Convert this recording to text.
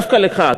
דווקא לך,